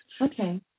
Okay